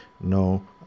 no